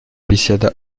беседа